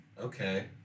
Okay